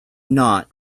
not